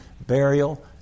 burial